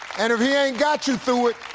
and if he ain't got you through it,